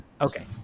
Okay